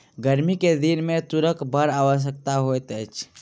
गर्मी के दिन में तूरक बड़ आवश्यकता होइत अछि